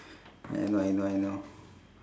I know I know I know